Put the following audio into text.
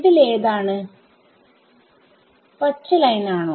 ഇതിൽ ഏതാണ് പച്ച ലൈൻആണോ